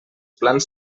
plans